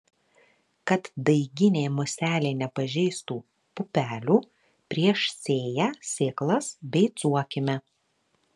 kad daiginė muselė nepažeistų pupelių prieš sėją sėklas beicuokime